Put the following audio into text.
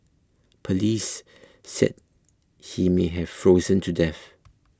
police said he may have frozen to death